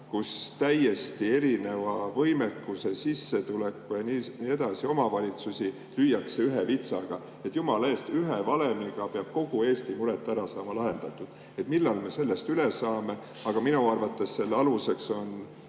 kus täiesti erineva võimekuse ja sissetulekuga omavalitsusi lüüakse ühe vitsaga? Jumala eest ühe valemiga peab nagu kogu Eesti mured ära saama lahendatud. Millal me sellest üle saame? Minu arvates selle aluseks on